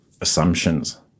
assumptions